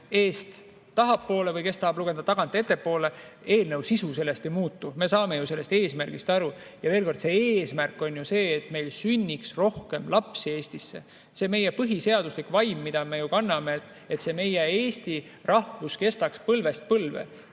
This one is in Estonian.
eest tahapoole või kes tahab lugeda tagant ettepoole – eelnõu sisu sellest ei muutu. Me saame sellest eesmärgist aru. Ja veel kord: eesmärk on ju see, et meil sünniks rohkem lapsi Eestis. See on meie põhiseaduse vaim, mida me kanname, et see meie eesti rahvus kestaks põlvest põlve.